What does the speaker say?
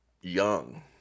young